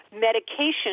medication